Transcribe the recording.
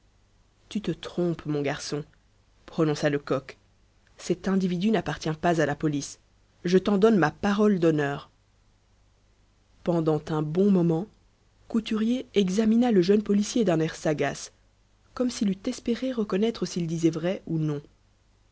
tu te trompes mon garçon prononça lecoq cet individu n'appartient pas à la police je t'en donne ma parole d'honneur pendant un bon moment couturier examina le jeune policier d'un air sagace comme s'il eût espéré reconnaître s'il disait vrai ou non